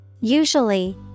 Usually